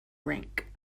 rank